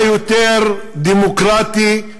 מה יותר דמוקרטי?